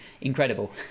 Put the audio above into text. incredible